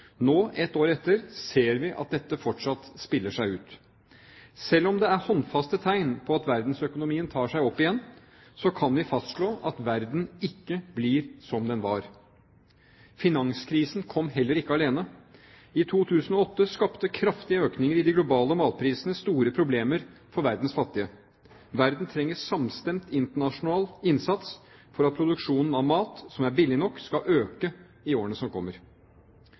Nå, ett år etter, ser vi at dette fortsatt spiller seg ut. Selv om det er håndfaste tegn på at verdensøkonomien tar seg opp igjen, kan vi fastslå at verden ikke blir som den var. Finanskrisen kom heller ikke alene. I 2008 skapte kraftige økninger i de globale matprisene store problemer for verdens fattige. Verden trenger samstemt internasjonal innsats for at produksjonen av mat – som er billig nok – skal øke i årene som kommer.